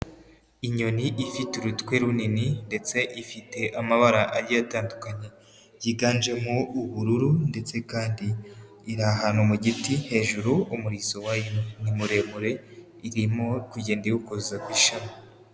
Inyoni ifite urutwe runini ndetse ifite amabara agiye atandukanye, yiganjemo ubururu ndetse kandi iri ahantu mu giti hejuru, umurizo wayo ni muremure, irimo kugenda iwukoza ku ishami.